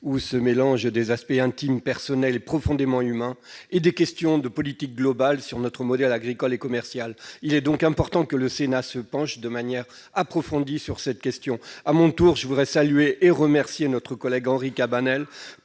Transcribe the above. où se mélangent des aspects intimes, personnels et profondément humains, et des questions de politique globale qui portent sur notre modèle agricole et commercial. Il est donc important que le Sénat se penche de manière approfondie sur cette question. Je voudrais à mon tour saluer notre collègue Henri Cabanel